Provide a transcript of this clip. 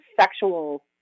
sexual